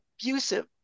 abusive